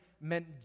meant